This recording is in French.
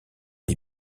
les